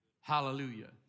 Hallelujah